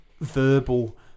verbal